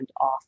off